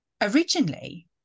Originally